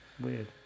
Weird